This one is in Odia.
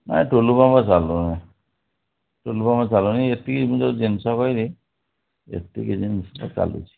ନା ଟୁଲୁ ପମ୍ପ୍ ଚାଲୁନି ଟୁଲୁ ପମ୍ପ୍ ଚାଲୁନି ଏତିକି ମୁଁ ଯେଉଁ ଜିନିଷ କହିଲି ଏତିକି ଜିନିଷ ଚାଲୁଛି